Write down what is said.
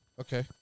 Okay